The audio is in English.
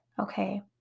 okay